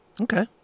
okay